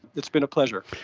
it's been a pleasure.